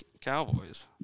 Cowboys